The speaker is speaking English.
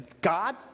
God